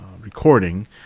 recording